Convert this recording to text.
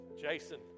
Jason